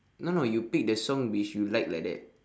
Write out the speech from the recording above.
no no you pick the song which you like like that